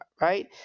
right